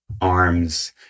arms